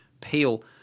peel